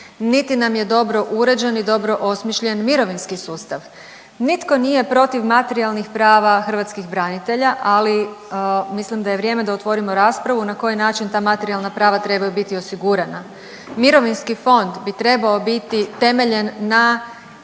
Niti nam je dobro uređen, niti dobro osmišljen mirovinski sustav. Nitko nije protiv materijalnih prava hrvatskih branitelja, ali mislim da je vrijeme da otvorimo raspravu na koji način ta materijalna prava trebaju biti osigurana. Mirovinski fond bi trebao biti temeljen na